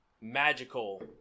magical